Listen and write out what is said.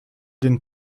den